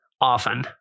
often